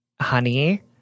honey